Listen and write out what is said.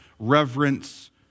reverence